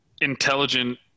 intelligent